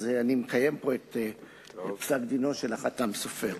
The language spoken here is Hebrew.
אז אני מקיים פה את פסק-דינו של החת"ם סופר.